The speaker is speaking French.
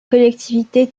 collectivité